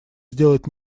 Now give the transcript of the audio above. сделать